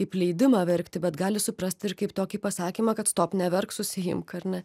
kaip leidimą verkti bet gali suprasti ir kaip tokį pasakymą kad stop neverk susiimk ar ne